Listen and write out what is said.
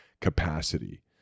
capacity